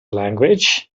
language